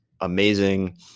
Amazing